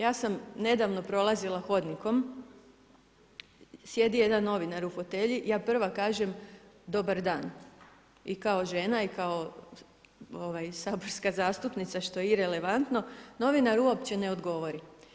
Ja sam nedavno prolazila hodnikom, sjedi jedan novinar u fotelji, ja prva kažem dobar dan i kao žena i kao saborska zastupnica što je irelevantno, novinar uopće ne odgovori.